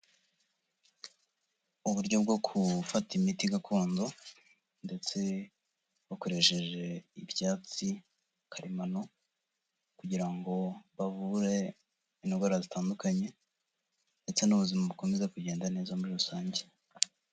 Uburyo bwo gufata imiti gakondo ndetse bakoresheje ibyatsi karemano kugira ngo bavure indwara zitandukanye ndetse n'ubuzima bukomeza kugenda neza muri rusange.